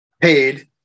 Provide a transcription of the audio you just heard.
paid